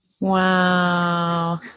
Wow